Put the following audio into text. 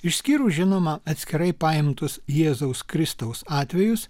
išskyrus žinoma atskirai paimtus jėzaus kristaus atvejus